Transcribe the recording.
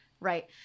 right